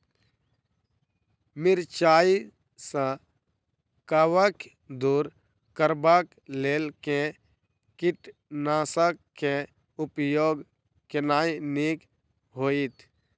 मिरचाई सँ कवक दूर करबाक लेल केँ कीटनासक केँ उपयोग केनाइ नीक होइत?